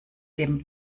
dem